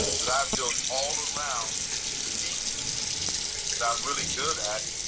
but i built all around speaking because that's the thing i'm really good at.